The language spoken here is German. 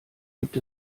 gibt